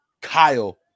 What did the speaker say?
Kyle